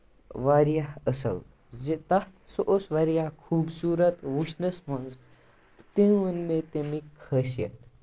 واریاہ اَصٕل زِ تَتھ سُہ اوس واریاہ خوٗبصوٗرت وُچھنَس منٛز تٔمۍ ووٚن مےٚ تَمِکۍ خٲصِیت